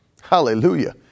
Hallelujah